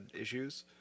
issues